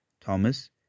Thomas